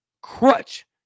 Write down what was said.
crutch